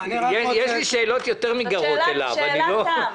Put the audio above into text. זו שאלת תם.